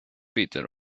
peter